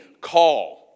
call